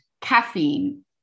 caffeine